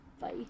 Bye